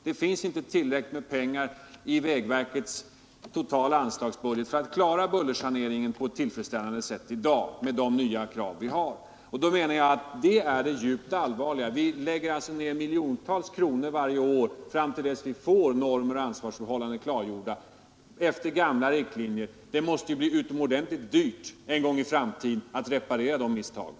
Det finns inte tillräckligt med pengar i vägverkets totala anslagsbudget för att klara bullersaneringen på ett tillfredsställande sätt i dag med de nya krav vi har. Det är det djupt allvarliga. Vi lägger alltså ned miljontals kronor varje år efter gamla riktlinjer, fram till dess vi får normer och ansvarsförhållanden klargjorda. Det måste ju bli utomordentligt dyrt en gång i framtiden att reparera de misstagen.